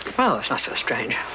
well, that's not so strange.